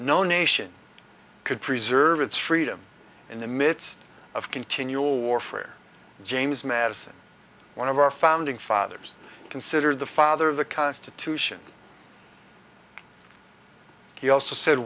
no nation could preserve its freedom in the midst of continual warfare james madison one of our founding fathers considered the father of the constitution he also said